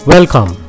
Welcome